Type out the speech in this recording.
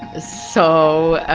ah so ah